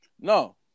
No